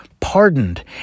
pardoned